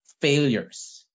failures